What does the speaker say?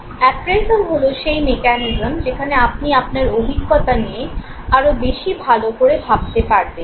appraisal হলো সেই mechanism যেখানে আপনি আপনার অভিজ্ঞতা নিয়ে আরও বেশি ভালো করে ভাবতে পারবেন